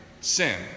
sin